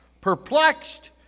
perplexed